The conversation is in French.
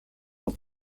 dans